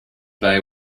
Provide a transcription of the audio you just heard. bay